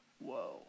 Whoa